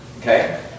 okay